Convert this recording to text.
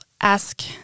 ask